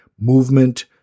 movement